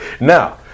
Now